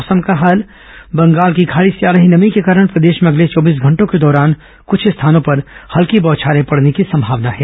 मौसम बंगाल की खाडी से आ रही नमी के कारण प्रदेश में अगले चौबीस घंटों के दौरान कुछ स्थानों पर हल्की बौछारें पडने की संमावना है